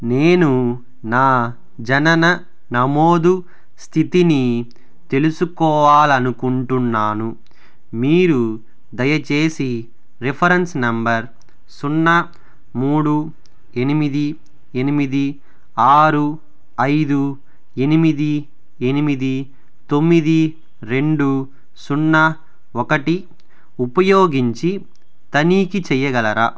నేను నా జనన నమోదు స్థితిని తెలుసుకోవాలి అనుకుంటున్నాను మీరు దయచేసి రిఫరెన్స్ నెంబర్ సున్నా మూడు ఎనిమిది ఎనిమిది ఆరు ఐదు ఎనిమిది ఎనిమిది తొమ్మిది రెండు సున్నా ఒకటి ఉపయోగించి తనీఖి చేయగలరా